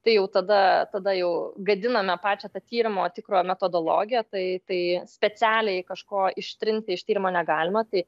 tai jau tada tada jau gadiname pačią tą tyrimo tikrojo metodologiją tai tai specialiai kažko ištrinti iš tyrimo negalima tai